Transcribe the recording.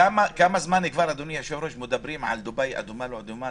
אבל כמה זמן כבר מדברים על דובאי כמדינה אדומה/לא אדומה,